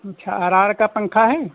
अच्छा R R का पंखा है